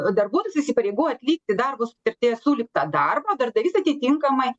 darbuotojas įsipareigoja atlikti darbo sutartyje sulygtą darbą darbdavys atitinkamai